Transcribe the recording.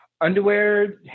Underwear